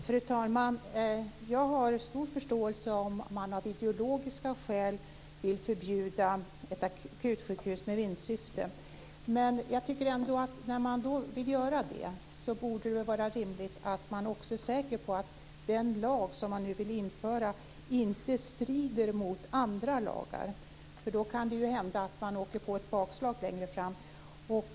Fru talman! Jag har stor förståelse för om man av ideologiska skäl vill förbjuda ett akutsjukhus med vinstsyfte. Men när man då vill göra det tycker jag ändå att det borde vara rimligt att man är säker på att den lag som man nu vill införa inte strider mot andra lagar. Om den gör det kan det ju hända att man åker på ett bakslag längre fram.